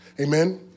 Amen